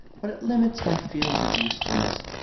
but it limits my field of usefulness.